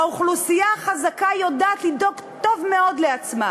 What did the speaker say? האוכלוסייה החזקה יודעת לדאוג טוב מאוד לעצמה.